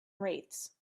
wraiths